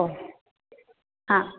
ઓ હા